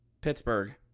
Pittsburgh